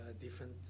different